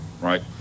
right